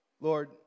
Lord